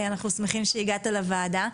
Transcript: אנחנו שמחים שהגעת לוועדה.